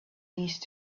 these